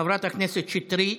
חברת הכנסת שטרית,